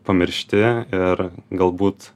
pamiršti ir galbūt